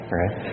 right